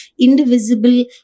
indivisible